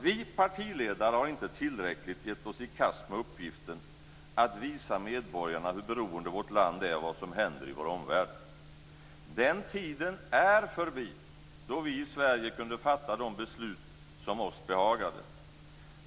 Vi partiledare har inte tillräckligt gett oss i kast med uppgiften att visa medborgarna hur beroende vårt land är av vad som händer i vår omvärld. Den tiden är förbi då vi i Sverige kunde fatta de beslut som oss behagade.